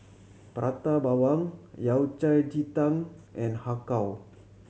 Prata Bawang Yao Cai ji tang and Har Kow